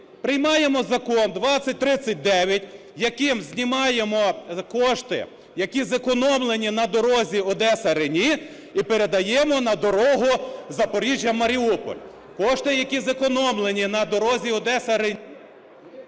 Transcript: приймаємо Закон 2039, яким знімаємо кошти, які зекономлені на дорозі Одеса – Рені і передаємо на дорогу Запоріжжя – Маріуполь. Кошти, які зекономлені на дорозі Одеса – Рені…